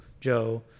Joe